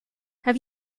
have